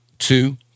Two